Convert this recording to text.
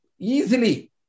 Easily